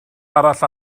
arall